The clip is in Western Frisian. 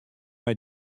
mei